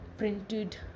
printed